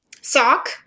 sock